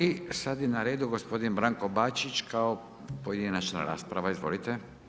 I sad je na redu gospodin Branko Bačić kao pojedinačna rasprava, izvolite.